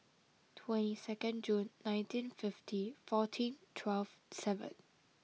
twenty second June nineteen fifty fourteen twelve seven